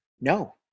no